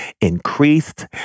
increased